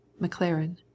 mclaren